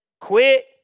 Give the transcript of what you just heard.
quit